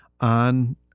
on